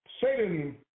Satan